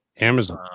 Amazon